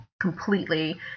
completely